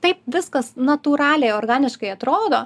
taip viskas natūraliai organiškai atrodo